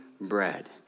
bread